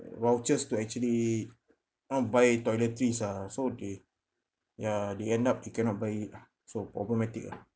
vouchers to actually want buy toiletries ah so they ya they end up they cannot buy it ah so problematic ah